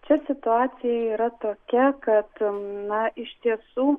čia situacija yra tokia kad na iš tiesų